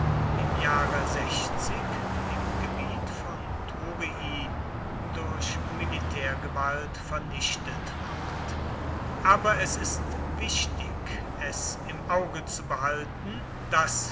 im jahre im gebiet von thurii durch militärgewalt vernichtet ward aber es ist wichtig es im auge zu behalten daß